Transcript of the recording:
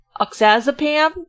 Oxazepam